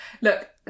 look